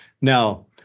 Now